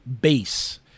base